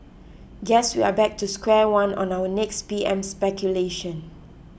guess we are back to square one on our next P M speculation